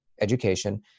education